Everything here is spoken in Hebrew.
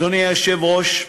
אדוני היושב-ראש,